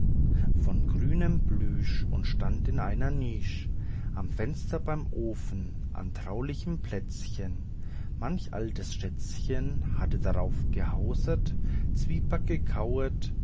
von grünem plüsch und stand in einer nisch am fenster beim ofen an traulichem plätzchen manch altes schätzchen hatte darauf gehauset zwieback gekauet